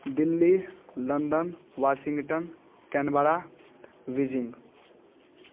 Delhi London Washington Canberra Beijing